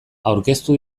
aurkeztu